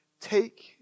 take